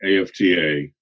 AFTA